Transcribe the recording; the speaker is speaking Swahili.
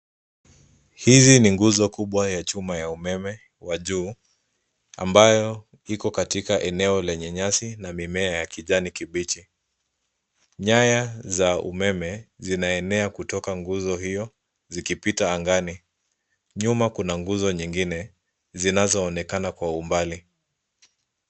Hizi ni nguzo kubwa ya chuma ya umeme wa juu, ambayo iko katika eneo lenye nyasi na mimea ya kijani kibichi. Nyaya za umeme zinaenea kutoka nguzo hiyo zikipita angani. Nyuma kuna nguzo nyingine zinazoonekana kwa umbali.